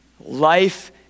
Life